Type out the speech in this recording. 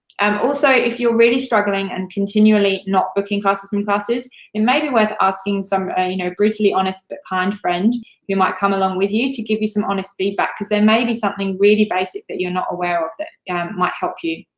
um also, if you're really struggling and continually not booking classes from classes and may be worth asking some ah you know brutally honest but kind friend who might come along with you to give you some honest feedback, cause there may be something really basic that you're not aware of that and might help you.